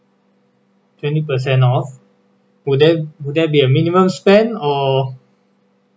twenty percent off will there will there be a minimum spend or